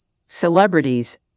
celebrities